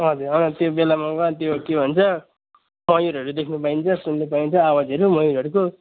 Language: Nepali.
हजुर त्यो बेलामा त्यो के भन्छ मयुरहरू देख्नु पाइन्छ सुन्नु पाइन्छ आवाजहरू उनीहरूको मयुरहरूको